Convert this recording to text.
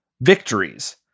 victories